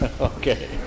Okay